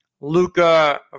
Luca